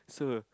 sure